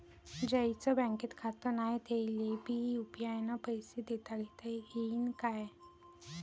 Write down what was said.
ज्याईचं बँकेत खातं नाय त्याईले बी यू.पी.आय न पैसे देताघेता येईन काय?